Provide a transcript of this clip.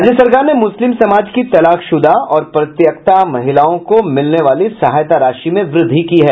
राज्य सरकार ने मुस्लिम समाज की तलाकश्रदा और परित्यक्ता महिलाओं को मिलने वाली सहायता राशि में वृद्धि की है